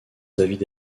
david